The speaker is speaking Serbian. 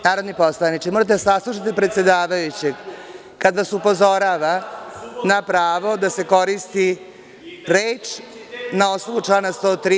Narodni poslaniče, morate da saslušate predsedavajućeg kada vas upozorava na pravo da se koristi reč na osnovu člana 103.